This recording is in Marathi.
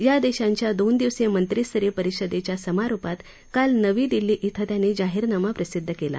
या देशांच्या दोन दिवसीय मंत्रीस्तरीय परिषदेच्या समारोपात काल नवी दिल्ली क्रिं त्यांनी जाहीरनामा प्रसिद्ध केला